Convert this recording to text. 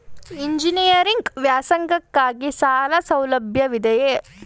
Engineering ವ್ಯಾಸಂಗಕ್ಕಾಗಿ ಸಾಲ ಸೌಲಭ್ಯವಿದೆಯೇ?